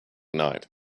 night